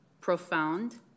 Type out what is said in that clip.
profound